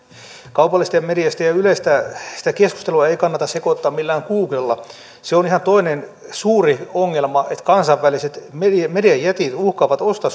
kaupallisesta mediasta ja ja ylestä ei kannata sekoittaa millään googlella se on ihan toinen suuri ongelma että kansainväliset mediajätit uhkaavat ostaa